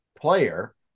player